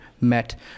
met